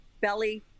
belly